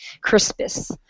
Crispus